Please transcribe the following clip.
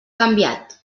canviat